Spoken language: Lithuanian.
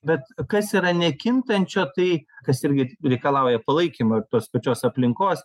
bet kas yra nekintančio tai kas irgi reikalauja palaikymo ir tos pačios aplinkos